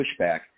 pushback